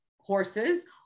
horses